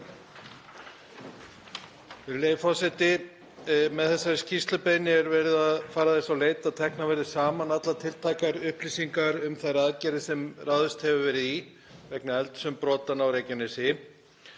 forseti. Með þessari skýrslubeiðni er verið að fara þess á leit að teknar verði saman allar tiltækar upplýsingar um þær aðgerðir sem ráðist hefur verið í vegna eldsumbrotanna á Reykjanesi.